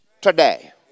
today